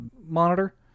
monitor